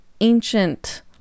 ancient